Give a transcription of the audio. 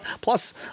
Plus